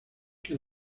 que